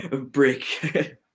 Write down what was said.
Break